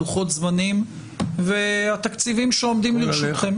לוחות זמנים והתקציבים שעומדים לרשותכם